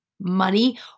money